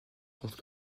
contre